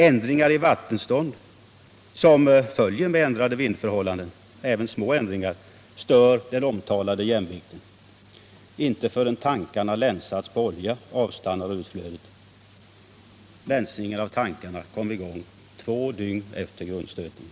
Ändringar i vattenstånd som följer med ändrade vindförhållanden, även små änd Nr 46 ringar, stör SER Gasa jämvikten; Inte förrän tankarna länsats på olja Måndagen den avstannar utflödet. Länsningen av tankarna kom i gång två dygn efter 12 december 1977 grundstötningen.